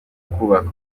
kubaka